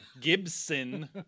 Gibson